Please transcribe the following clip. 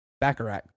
Baccarat